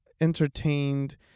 entertained